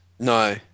No